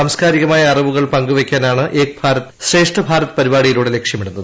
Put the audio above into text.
സാംസ്കാരികമായ അറിവുകൾ പങ്കുവയ്ക്കാനാണ് ഏക് ഭാരത് ശ്രേഷ്ഠ് ഭാരത് പരിപാടിയിലൂടെ ലക്ഷ്യമിടുന്നത്